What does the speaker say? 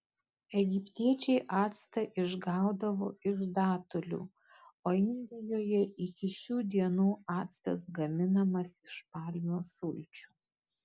egiptiečiai actą išgaudavo iš datulių o indijoje iki šių dienų actas gaminamas iš palmių sulčių